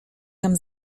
tam